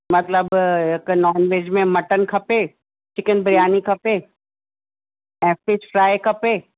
मतलबु हिकु नॉनवेज में मटन खपे चिकिन बिरयानी खपे ऐं फ़िश फ्राए खपे